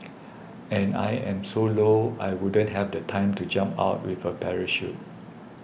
and I am so low I wouldn't have the time to jump out with a parachute